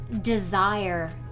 desire